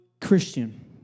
Christian